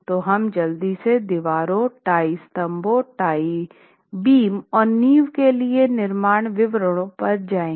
तो हम जल्दी से दीवारों टाई स्तंभों टाई बीम और नींव के लिए निर्माण विवरणों पर जाएंगे